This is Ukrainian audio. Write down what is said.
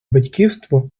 батьківство